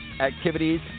activities